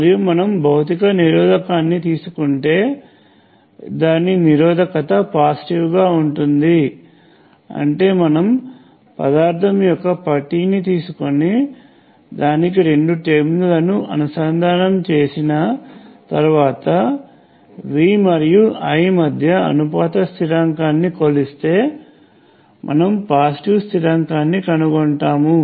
మరియు మనము భౌతిక నిరోధకాన్ని తీసుకుంటే దాని నిరోధకత పాజిటివ్ గా ఉంటుంది అంటే మనము పదార్థం యొక్క పట్టీని తీసుకొని దానికి రెండు టెర్మినల్లను అనుసంధానం చేసిన తర్వాత V మరియు I మధ్య అనుపాత స్థిరాంకాన్ని కొలిస్తే మనం పాజిటివ్ స్థిరాంకాన్నికనుగొంటాము